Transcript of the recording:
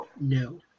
No